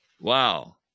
Wow